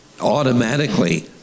automatically